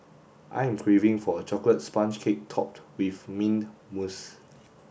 I am craving for a chocolate sponge cake topped with mint mousse